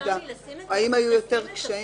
האם היו יותר קשיים?